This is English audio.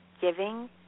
giving